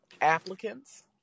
applicants